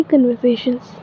Conversations